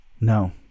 No